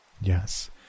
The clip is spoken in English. Yes